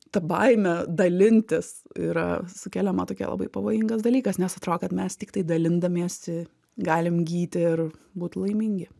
ta baimė dalintis yra sukeliama tokie labai pavojingas dalykas nes atrodo kad mes tiktai dalindamiesi galim gyti ir būt laimingi